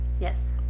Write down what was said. Yes